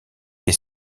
des